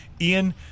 Ian